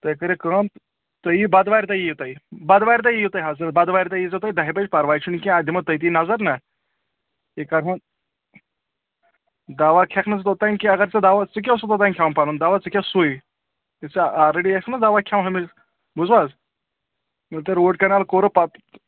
تُہۍ کٔرِو کٲم تُہۍ یِیِو بۄدوارِ دۄہ یِیِو تُہۍ بۄدوارِ دۄہ یِیِو تُہۍ حضرت بۄدوار دۄہ یی زیو تُہۍ دَہہِ بَجہِ پَرواے چھُنہٕ کینٛہہ اَتھ دِمو تٔتی نظر نا یہِ کَرہون دَوا کھٮ۪کھ نا حظ توٚتانۍ کینٛہہ اگر ژٕ دَوا ژٕ کیٛاہ اوسُکھ اوٚتانۍ کھٮ۪وان پَنُن دَوا ژٕ کھےٚ سُے یُس ژےٚ آلرٔڈی ٲسٕکھ نا دَوا کھٮ۪وان ہُمِس بوٗزوٕ حظ ییٚلہِ تۄہہِ روٗٹ کَنال کوٚروٗ پَتہٕ